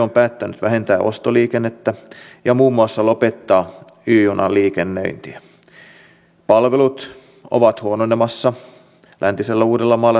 on tärkeätä että lait tehdään hyvin että ne saadaan täytäntöön sillä tavalla että ne vaikuttavat että ne ovat vaikuttavia tuloksellisia itse sen päämäärän kannalta